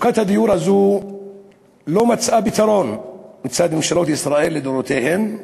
מצוקת הדיור הזאת לא מצאה פתרון מצד ממשלות ישראל לדורותיהן,